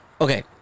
Okay